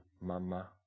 mama